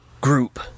group